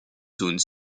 zones